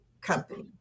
company